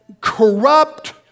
corrupt